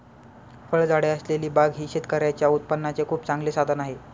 फळझाडे असलेली बाग ही शेतकऱ्यांच्या उत्पन्नाचे खूप चांगले साधन आहे